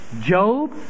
Job